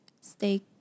Stay